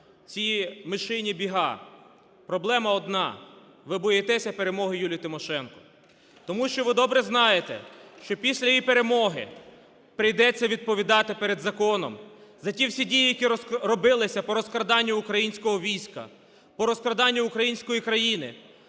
ці мишині біга. Проблема одна. Ви боїтеся перемоги Юлії Тимошенко. Тому що ви добре знаєте, що після її перемоги прийдеться відповідати перед законом за ті всі дії, які робилися по розкраданню українського війська, по розкраданню української країни,